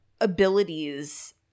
abilities